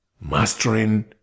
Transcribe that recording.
mastering